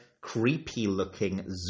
creepy-looking